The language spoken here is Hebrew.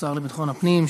לשר לביטחון הפנים,